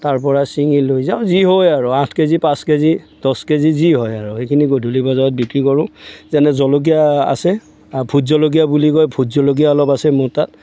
তাৰ পৰা চিঙি লৈ যাওঁ যি হয় আৰু আঠ কেজি পাঁচ কেজি দহ কেজি যি হয় আৰু সেইখিনি গধূলি বজাৰত বিক্ৰী কৰোঁ যেনে জলকীয়া আছে আৰু ভোট জলকীয়া বুলি কয় ভোট জলকীয়া অলপ আছে মোৰ তাত